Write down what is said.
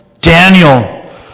Daniel